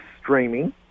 streaming